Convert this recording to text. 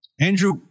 Andrew